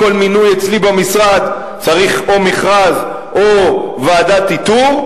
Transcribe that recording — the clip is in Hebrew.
כל מינוי אצלי במשרד צריך או מכרז או ועדת איתור,